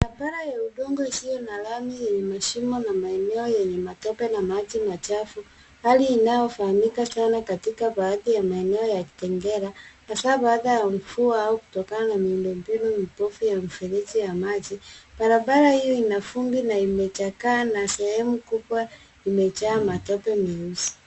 Barabara ya udongo isiyo na lami yenye mashimo na maeneo yenye matope na maji machafu. Hali inayofahamika sana katika baadhi ya maeneo ya kitengela, hasa baada ya mvua au kutokana na miundombinu mibovu ya mifereji ya maji. Barabara hiyo ina vumbi na imechakaa na sehemu kubwa imejaa matope meusi.